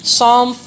Psalm